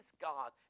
God